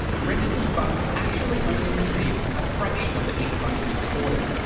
the registered fund actually only received a fraction of the income it's recorded.